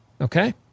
Okay